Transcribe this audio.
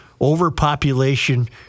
overpopulation